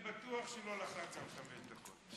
אני בטוח שהוא לא לחץ על חמש דקות.